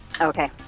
Okay